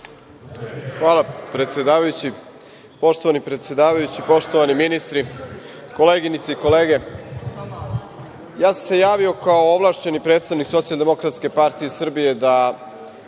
Jovanović** Zahvaljujem. Poštovani predsedavajući, poštovani ministri, koleginice i kolege, ja sam se javio kao ovlašćeni predstavnik Socijaldemokratske partije Srbije da